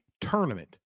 tournament